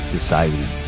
Society